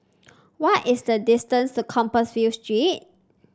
what is the distance to Compassvale Street